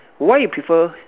why you prefer